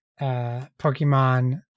Pokemon